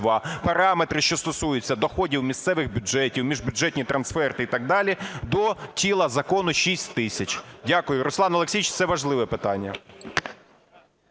параметри, що стосуються доходів місцевих бюджетів, міжбюджетні трансферти і так далі, до тіла закону 6000. Дякую. Руслан Олексійович, це важливе питання.